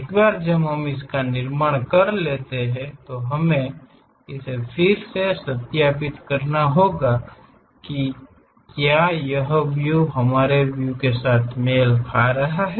एक बार जब हम इसका निर्माण कर लेते हैं तो हमें इसे फिर से सत्यापित करना होगा कि क्या यह व्यू मेल खा रहा है